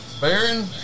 Baron